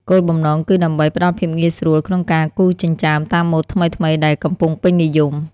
គោលបំណង គឺដើម្បីផ្តល់ភាពងាយស្រួលក្នុងការគូរចិញ្ចើមតាមម៉ូដថ្មីៗដែលកំពុងពេញនិយម។